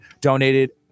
donated